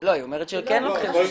לא, היא אומרת שכן לוקחים.